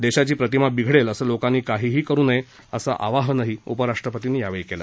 देशाची प्रतिमा बिघडेल असं लोकांनी काहीही करू नये असं आवाहनही उपराष्ट्रपतींनी यावेळी केलं